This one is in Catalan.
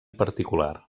particular